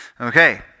Okay